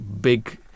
big